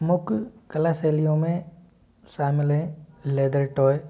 मुख्य कला शैलियों में शामिल है लेदर टॉय